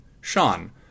Sean